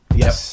yes